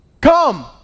Come